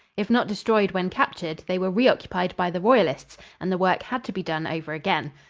if not destroyed when captured, they were re-occupied by the royalists and the work had to be done over again.